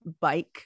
bike